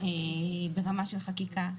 ברמה של חקיקה,